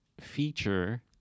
feature